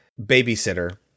babysitter